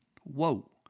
Whoa